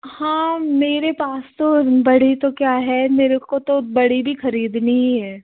हाँ मेरे पास तो बड़ी तो क्या है मेरे को तो बड़ी खरीदनी ही है